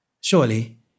Surely